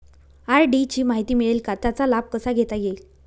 RD ची माहिती मिळेल का, त्याचा लाभ कसा घेता येईल?